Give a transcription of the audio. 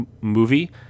movie